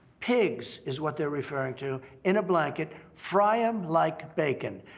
pigs is what they're referring to in a blanket, fry em like bacon.